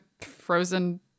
frozen